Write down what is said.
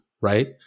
right